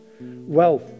Wealth